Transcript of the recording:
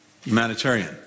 humanitarian